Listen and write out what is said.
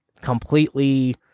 completely